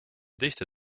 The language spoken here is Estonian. teiste